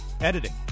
Editing